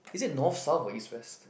is it north south or east west